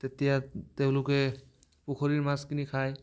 তেতিয়া তেওঁলোকে পুখুৰীৰ মাছ কিনি খায়